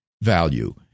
value